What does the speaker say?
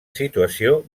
situació